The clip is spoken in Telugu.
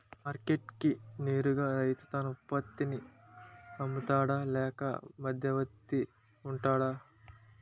మార్కెట్ కి నేరుగా రైతే తన ఉత్పత్తి నీ అమ్ముతాడ లేక మధ్యవర్తి వుంటాడా?